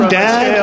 dad